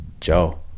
Joe